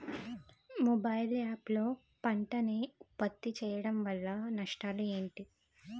Mobile app లో పంట నే ఉప్పత్తి చేయడం వల్ల నష్టాలు ఏంటి?